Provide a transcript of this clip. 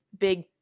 big